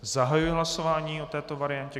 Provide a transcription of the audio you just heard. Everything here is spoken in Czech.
Zahajuji hlasování o této variantě.